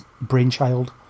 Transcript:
brainchild